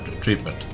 treatment